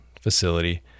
facility